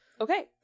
okay